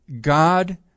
God